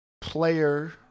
player